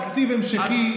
תקציב המשכי,